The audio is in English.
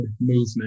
movement